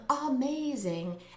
amazing